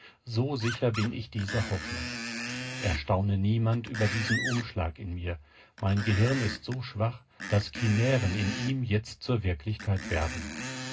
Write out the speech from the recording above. so sicher bin ich dieser hoffnung erstaune niemand über diesen umschlag in mir mein gehirn ist so schwach daß chimären in ihm jetzt zur wirklichkeit werden